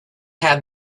had